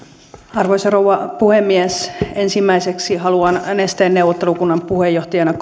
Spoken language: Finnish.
arvoisa rouva puhemies ensimmäiseksi haluan nesteen neuvottelukunnan puheenjohtajana